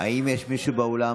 האם יש מישהו באולם